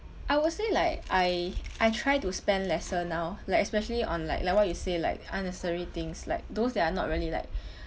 I would say like I I try to spend lesser now like especially on like like what you say like unnecessary things like those that are not really like